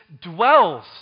dwells